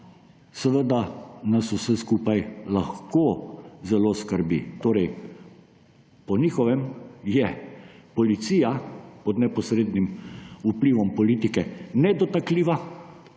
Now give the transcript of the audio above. To pa nas vse skupaj lahko skrbi. Torej po njihovem je policija pod neposrednim vplivom politike nedotakljiva,